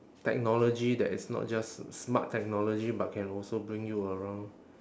technology that is not just smart technology but can also bring you around